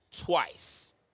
twice